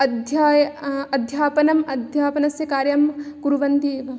अध्याय् अध्यापनम् अध्यापनस्य कार्यं कुर्वन्ति एव